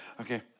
Okay